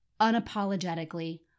Unapologetically